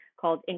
called